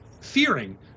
fearing